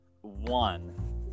One